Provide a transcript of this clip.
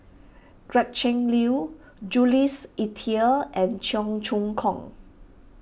Gretchen Liu Jules Itier and Cheong Choong Kong